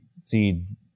seeds